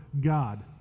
God